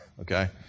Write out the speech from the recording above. Okay